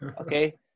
okay